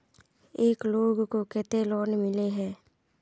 एक लोग को केते लोन मिले है?